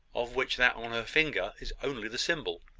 of which that on her finger is only the symbol.